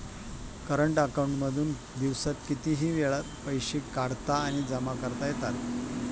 current account मधून दिवसात कितीही वेळ पैसे काढता आणि जमा करता येतात